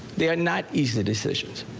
they are not easy decisions.